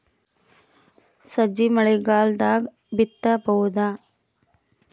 ಸಜ್ಜಿ ಮಳಿಗಾಲ್ ದಾಗ್ ಬಿತಬೋದ?